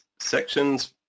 sections